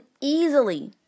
easily